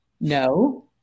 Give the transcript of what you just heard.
No